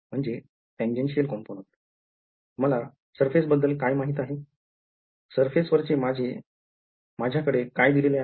मला surface बद्दल काय माहित आहे surface वर चे माझ्या कडे काय दिलेले आहे